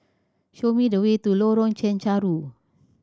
show me the way to Lorong Chencharu